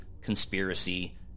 conspiracy